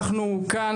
אנחנו כאן,